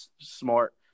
smart